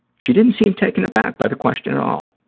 she didn't seem taken aback by the question at all.